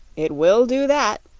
it will do that,